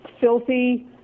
Filthy